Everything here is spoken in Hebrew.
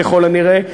ככל הנראה,